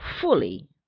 fully